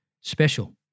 special